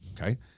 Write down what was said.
Okay